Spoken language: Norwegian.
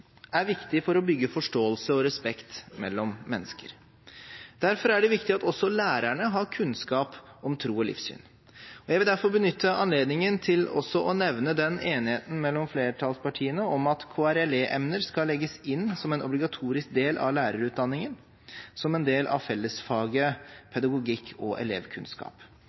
er viktig for å bygge forståelse og respekt mellom mennesker. Derfor er det viktig at også lærerne har kunnskap om tro og livssyn. Jeg vil derfor benytte anledningen til også å nevne enigheten mellom flertallspartiene om at KRLE-emner skal legges inn som en obligatorisk del av lærerutdanningen, som en del av fellesfaget pedagogikk og elevkunnskap.